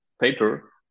paper